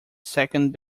second